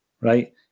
right